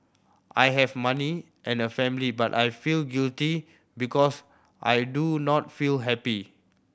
I have money and a family but I feel guilty because I do not feel happy